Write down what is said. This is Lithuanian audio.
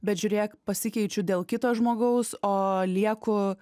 bet žiūrėk pasikeičiu dėl kito žmogaus o lieku